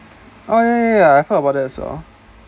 ya ya ya I heart about that as well